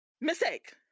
mistake